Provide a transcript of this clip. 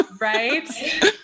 Right